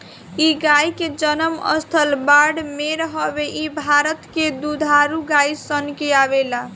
इ गाई के जनम स्थल बाड़मेर हवे इ भारत के दुधारू गाई सन में आवेले